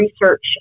research